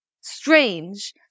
strange